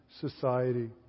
society